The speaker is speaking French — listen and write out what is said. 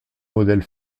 modèles